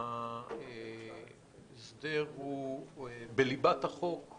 ההסדר הוא בליבת החוק,